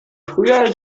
frühjahr